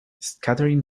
scattering